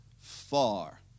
far